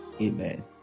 Amen